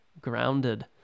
grounded